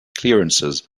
clearances